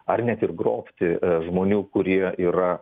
ar net ir grobti žmonių kurie yra